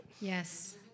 Yes